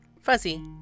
fuzzy